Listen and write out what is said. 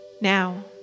Now